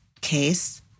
case